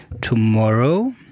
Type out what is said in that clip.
tomorrow